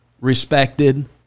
respected